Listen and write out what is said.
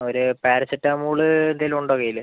ഒരു പാരസെറ്റാമോൾ എന്തെങ്കിലും ഉണ്ടോ കയ്യിൽ